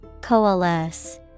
Coalesce